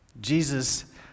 Jesus